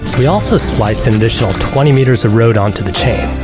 we also spliced an additional twenty meters of rope onto the chain,